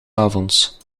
avonds